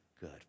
good